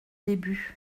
début